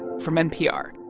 from npr